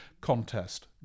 contest